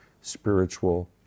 spiritual